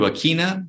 Akina